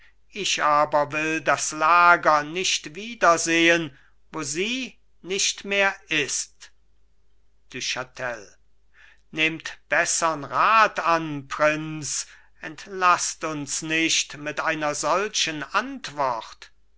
ich aber will das lager nicht wieder sehen wo sie nicht mehr ist du chatel nehmt bessern rat an prinz entlaßt uns nicht mit einer solchen antwort